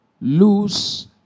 lose